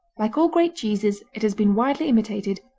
like all great cheeses it has been widely imitated,